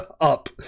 up